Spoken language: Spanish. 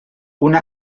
una